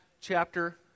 chapter